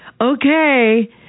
okay